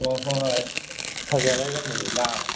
ꯑꯣ ꯍꯣꯏ ꯍꯣꯏ ꯐꯖꯅ ꯃꯗꯨ ꯂꯥꯡꯉꯒꯦ